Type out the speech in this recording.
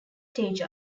stage